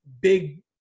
big